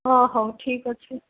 ହଁ ହଉ ଠିକ୍ ଅଛି